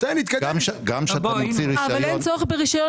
אבל אין צורך ברשיון